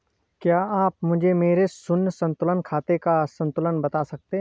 क्या आप मुझे मेरे शून्य संतुलन खाते का संतुलन बता सकते हैं?